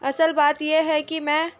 اصل بات یہ ہے کہ میں